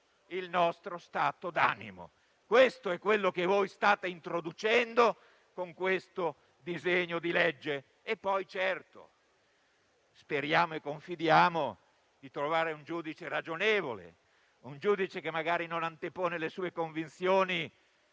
il nostro stato d'animo. Questo è quello che voi state introducendo con questo disegno di legge. Certo, speriamo e confidiamo di trovare un giudice ragionevole, un giudice che magari non antepone le sue convinzioni